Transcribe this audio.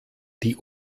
die